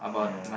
yeah